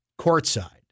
courtside